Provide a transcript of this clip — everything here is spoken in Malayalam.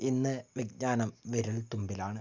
ഇന്ന് വിജ്ഞാനം വിരൽത്തുമ്പിലാണ്